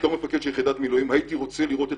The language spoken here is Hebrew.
בתור מפקד של יחידת מילואים הייתי רוצה לראות את